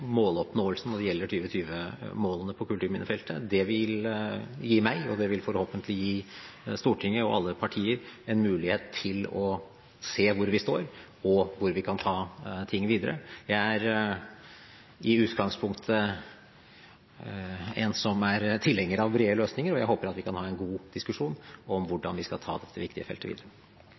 måloppnåelse når det gjelder 2020-målene på kulturminnefeltet. Det vil gi meg ‒ og forhåpentligvis Stortinget og alle partier ‒ en mulighet til å se hvor vi står, og hvor vi kan ta ting videre. Jeg er i utgangspunktet tilhenger av brede løsninger, og jeg håper at vi kan ha en god diskusjon om hvordan vi skal ta dette viktige feltet videre.